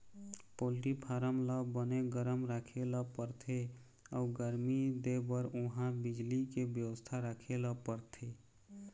poultry farm ल बने गरम राखे ल परथे अउ गरमी देबर उहां बिजली के बेवस्था राखे ल परथे